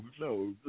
no